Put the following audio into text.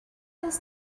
does